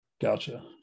Gotcha